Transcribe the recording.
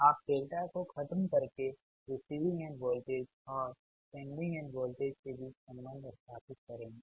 आप डेल्टा को खत्म करके रिसीविंग एंड वोल्टेज और सेंडिंग एंड वोल्टेज के बीच संबंध स्थापित करेंगे